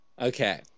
Okay